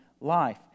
life